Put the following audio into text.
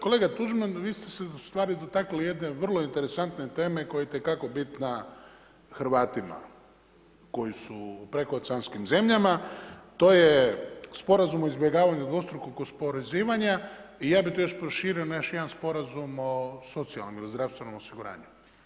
Kolega Tuđman, vi ste se ustvari dotaknuli jedne vrlo interesantne teme, koja je itekako bitna Hrvatima koji su u prekooceanskim zemljama, to je sporazum o izbjegavanju dvostrukog oporezivanja i ja bi tu još proširio na još jedan sporazum o socijalnom ili zdravstvenom osiguranju.